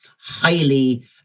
highly